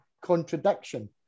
contradiction